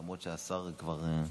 למרות שהשר כבר,